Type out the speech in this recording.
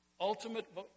Ultimate